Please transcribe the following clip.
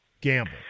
Gamble